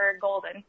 golden